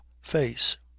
face